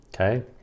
Okay